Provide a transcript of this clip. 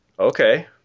Okay